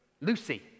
Lucy